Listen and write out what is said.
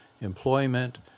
employment